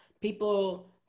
People